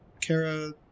Kara